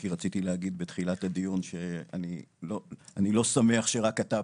כי רציתי להגיד בתחילת הדיון שאני לא שמח שרק אתה פה.